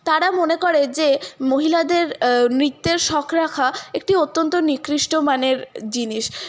তারা মনে করে যে মহিলাদের নৃত্যের শখ রাখা একটি অত্যন্ত নিকৃষ্ট মানের জিনিস